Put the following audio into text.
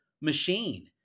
machine